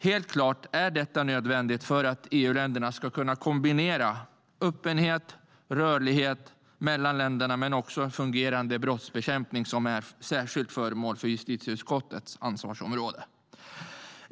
Helt klart är detta nödvändigt för att EU-länderna ska kunna kombinera öppenhet och rörlighet mellan länderna och även en fungerande brottsbekämpning, som är särskilt föremål för justitieutskottets ansvarsområde.